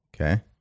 okay